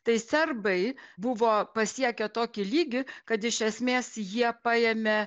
tai serbai buvo pasiekę tokį lygį kad iš esmės jie paėmė